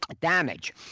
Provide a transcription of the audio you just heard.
Damage